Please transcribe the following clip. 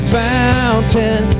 fountain